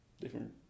different